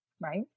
Right